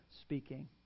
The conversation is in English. speaking